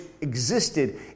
existed